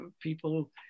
people